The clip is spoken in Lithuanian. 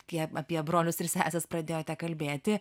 kai apie brolius ir seses pradėjote kalbėti